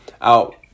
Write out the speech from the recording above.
out